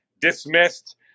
dismissed